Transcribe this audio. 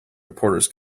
reporters